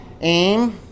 Aim